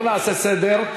בואי נעשה סדר.